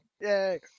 Yay